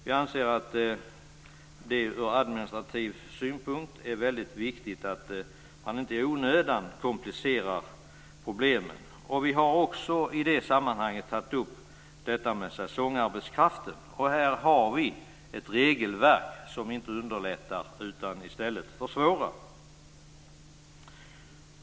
Vi anser att det ur administrativ synpunkt är väldigt viktigt att man inte i onödan komplicerar problemen. Vi har också i det sammanhanget tagit upp detta med säsongarbetskraft. På den punkten har vi ett regelverk som inte underlättar utan i stället försvårar.